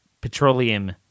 petroleum